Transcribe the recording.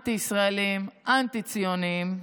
אנטי-ישראליים, אנטי-ציוניים,